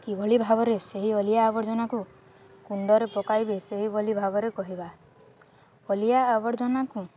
କିଭଳି ଭାବରେ ସେହି ଅଳିଆ ଆବର୍ଜନାକୁ କୁଣ୍ଡରେ ପକାଇବେ ସେହିଭଳି ଭାବରେ କହିବା ଅଳିଆ ଆବର୍ଜନାକୁ